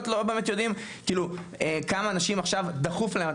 באמת יודעים כמה אנשים עכשיו דחוף להם.